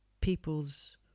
people's